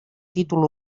títol